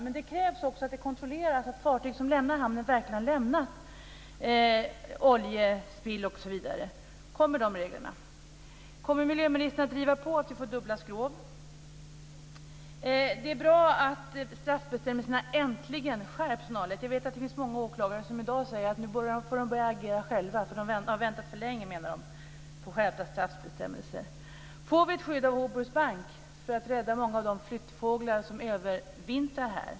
Men det krävs också att det kontrolleras att fartyg som lämnar hamnarna verkligen har lämnat oljespill osv. Kommer de reglerna? Kommer miljöministern att driva på så att vi får dubbla skrov? Det är bra att straffbestämmelserna äntligen skärps. Jag vet att det finns många åklagare som i dag säger att de nu får börja agera själva, för de menar att de har väntat för länge på skärpta straffbestämmelser. Får vi ett skydd av Hoburgs bank för att rädda många av de flyttfåglar som övervintrar här?